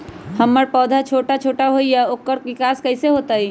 हमर पौधा छोटा छोटा होईया ओकर विकास कईसे होतई?